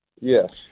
Yes